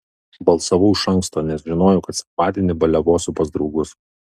balsavau iš anksto nes žinojau kad sekmadienį baliavosiu pas draugus